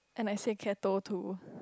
and I say catto too